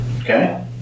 Okay